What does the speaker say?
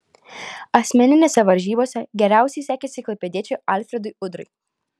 asmeninėse varžybose geriausiai sekėsi klaipėdiečiui alfredui udrai